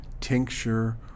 tincture